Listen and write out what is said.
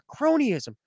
Cronyism